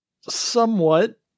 Somewhat